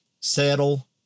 settle